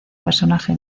personaje